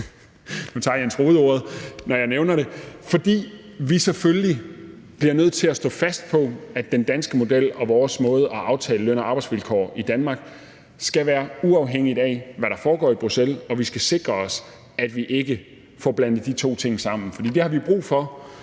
nu tager Jens Rohde ordet, når jeg nævner det – fordi vi selvfølgelig bliver nødt til at stå fast på, at den danske model og vores måde at aftale løn- og arbejdsvilkår på i Danmark skal være uafhængig af, hvad der foregår i Bruxelles, og vi skal sikre os, at vi ikke får blandet de to ting sammen. Det har vi brug for